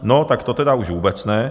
No, tak to tedy už vůbec ne.